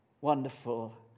wonderful